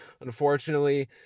Unfortunately